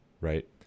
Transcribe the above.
right